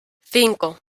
cinco